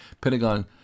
Pentagon